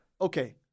Okay